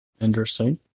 Interesting